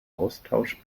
austausch